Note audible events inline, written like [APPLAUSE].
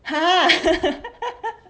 !huh! [LAUGHS]